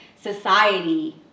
society